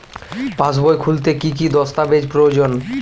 পাসবই খুলতে কি কি দস্তাবেজ প্রয়োজন?